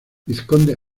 vizconde